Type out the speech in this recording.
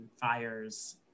fires